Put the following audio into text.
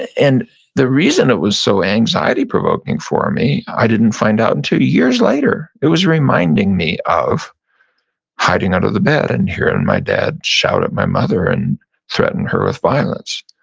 and the reason it was so anxiety-provoking for me i didn't find out until years later. it was reminding me of hiding under the bed and hearing and my dad shout at my mother and threaten her with violence.